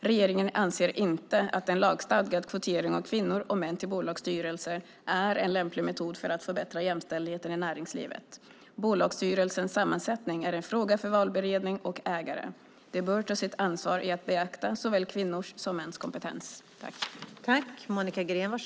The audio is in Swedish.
Regeringen anser inte att en lagstadgad kvotering av kvinnor och män till bolagsstyrelser är en lämplig metod för att förbättra jämställdheten i näringslivet. Bolagsstyrelsens sammansättning är en fråga för valberedning och ägare. De bör ta sitt ansvar i att beakta såväl kvinnors som mäns kompetens.